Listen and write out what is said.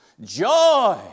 joy